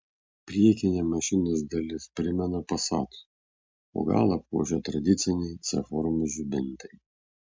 priekinė mašinos dalis primena passat o galą puošia tradiciniai c formos žibintai